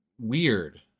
weird